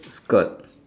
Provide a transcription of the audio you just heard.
skirt